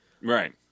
right